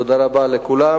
תודה רבה לכולם,